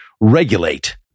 regulate